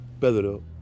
Pedro